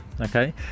Okay